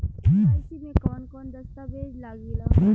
KYC में कवन कवन दस्तावेज लागे ला?